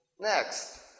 Next